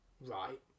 right